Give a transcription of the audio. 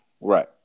Right